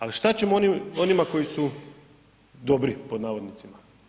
Ali šta ćemo onima koji su dobri pod navodnicima?